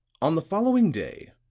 on the following day,